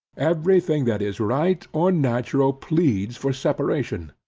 every thing that is right or natural pleads for separation.